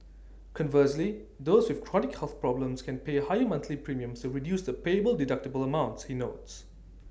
conversely those with chronic health problems can pay higher monthly premiums to reduce the payable deductible amounts he notes